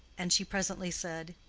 and she presently said,